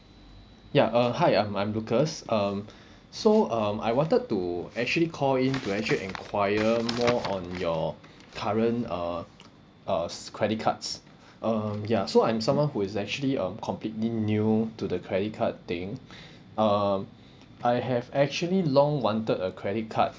ya uh hi I'm I'm lucas um so um I wanted to actually call in to actually enquire more on your current uh uh credit cards um ya so I'm someone who is actually um completely new to the credit card thing um I have actually long wanted a credit card